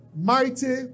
Mighty